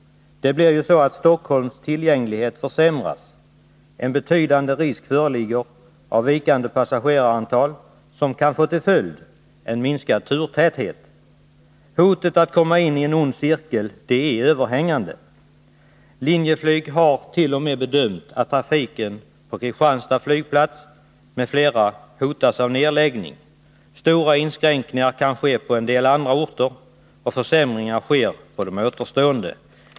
Det blir ju så att Stockholms tillgänglighet försämras vid en nedläggning av Bromma. Det föreligger betydande risk för ett vikande passagerarantal, vilket kan få till följd en minskning av turtätheten. Risken att komma in i en ond cirkel är påtaglig. Linjeflyg har t.o.m. bedömt att trafiken på Kristianstads flygplats m.fl. flygplatser hotas av nedläggning. Stora inskränkningar i trafiken kan ske på en del andra orter, och det blir försämringar på de återstående.